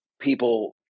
people